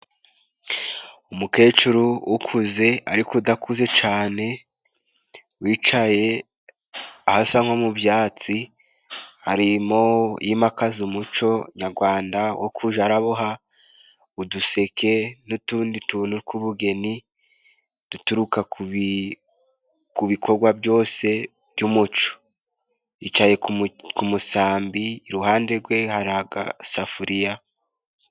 Umukecuru ukuze ariko udakuze cane wicaye ahasa nko mu byatsi aho arimo yimakaza umuco nyarwanda wo kuja araboha uduseke n'utundi tuntu tw'ubugeni duturuka ku bikorwa byose by'umuco, yicaye ku musambi, iruhande rwe hari agasafuriya.